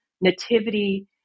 nativity